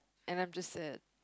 and I'm just sad